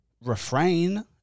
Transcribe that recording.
refrain